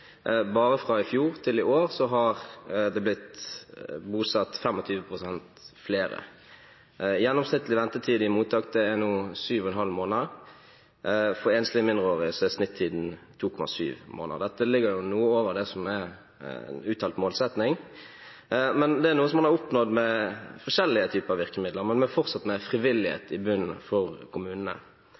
Bare fra i fjor til i år har det blitt bosatt 25 pst. flere. Gjennomsnittlig ventetid i mottak er nå 7,5 måneder. For enslige mindreårige er snittiden 2,7 måneder. Dette ligger noe over det som er uttalt målsetting. Det er noe man har oppnådd med forskjellige typer virkemidler, men fortsatt med frivillighet i bunnen for kommunene.